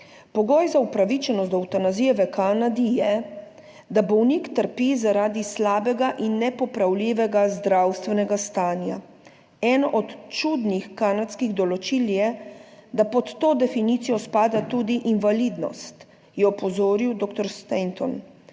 Pogoj za upravičenost do evtanazije v Kanadi je, da bolnik trpi zaradi slabega in nepopravljivega zdravstvenega stanja. Eno od čudnih kanadskih določil je, da pod to definicijo spada tudi invalidnost, je opozoril doktor Stenton